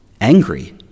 angry